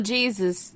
Jesus